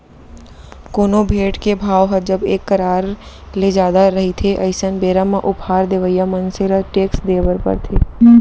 कोनो भेंट के भाव ह जब एक करार ले जादा रहिथे अइसन बेरा म उपहार देवइया मनसे ल टेक्स देय बर परथे